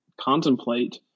contemplate